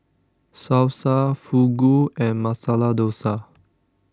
Salsa Fugu and Masala Dosa